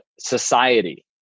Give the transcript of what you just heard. society